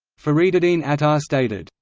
fariduddin attar stated,